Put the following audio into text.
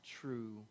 true